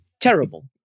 Terrible